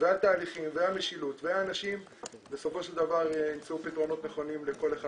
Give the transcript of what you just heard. והתהליכים והמשילות והאנשים ימצאו פתרונות נכונים לכל אחד